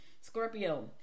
Scorpio